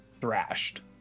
thrashed